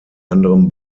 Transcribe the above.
anderem